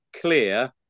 clear